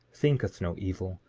thinketh no evil,